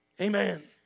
amen